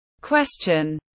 question